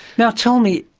now tell me,